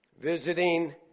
visiting